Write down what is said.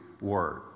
word